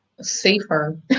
safer